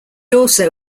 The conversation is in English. also